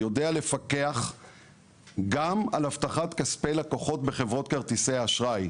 יודע לפקח גם על הבטחת כספי לקוחות בחברת כרטיסי אשראי,